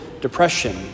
depression